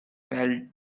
felt